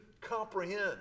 comprehend